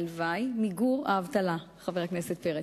הלוואי, למיגור של האבטלה, חבר הכנסת פרץ.